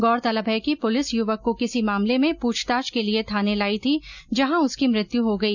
गौरतलब है कि पुलिस युवक को किसी मामले में पूछताछ के लिये थाने लाई थी जहॉ उसकी मृत्यु हो गई